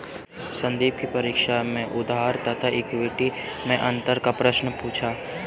संदीप की परीक्षा में उधार तथा इक्विटी मैं अंतर का प्रश्न पूछा